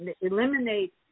eliminate